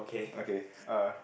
okay uh